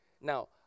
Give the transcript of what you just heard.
Now